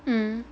mm